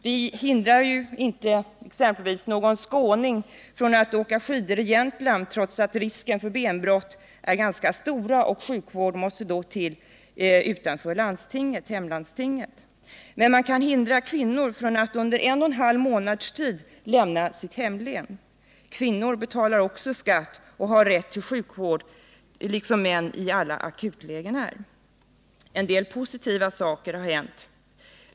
Vi hindrar exempelvis inte någon skåning att åka skidor i Jämtland, trots att risken för benbrott är ganska stor och sjukvård måste ges utanför hemlandstinget i händelse av olycka. Men man kan hindra kvinnor från att under en och en halv månad lämna sitt hemlän. Kvinnor betalar också skatt och har liksom män rätt till sjukvård i alla akutlägen. En del positiva saker har hänt.